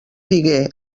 digué